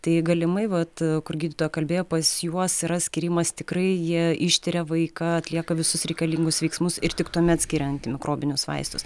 tai galimai vat kur gydytoja kalbėjo pas juos yra skyrimas tikrai jie ištiria vaiką atlieka visus reikalingus veiksmus ir tik tuomet skiria antimikrobinius vaistus